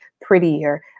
prettier